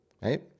right